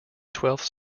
twelfth